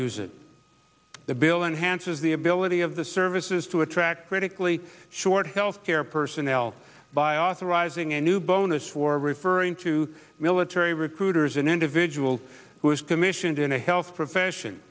use it the bill enhanced is the ability of the services to attract critically short health care personnel by authorizing a new bonus for referring to military recruiters an individual who is commissioned in a health profession